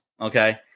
okay